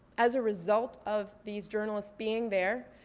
as a result of these journalists being there,